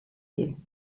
you